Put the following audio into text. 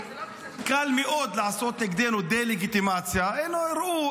קל מאוד לעשות נגדנו דה-לגיטימציה: ראו,